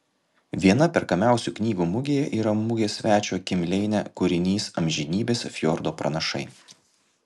viena perkamiausių knygų mugėje yra mugės svečio kim leine kūrinys amžinybės fjordo pranašai